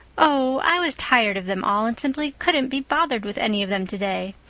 oh, i was tired of them all and simply couldn't be bothered with any of them today.